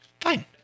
fine